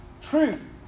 truth